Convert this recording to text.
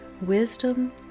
wisdom